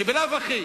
שבלאו הכי